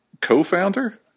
co-founder